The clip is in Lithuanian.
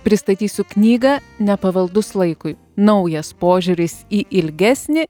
pristatysiu knygą nepavaldus laikui naujas požiūris į ilgesnį